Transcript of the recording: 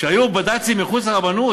כשהיו הבד"צים מחוץ לרבנות,